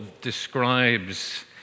describes